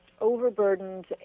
overburdened